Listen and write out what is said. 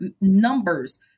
numbers